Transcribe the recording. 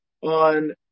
on